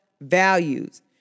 values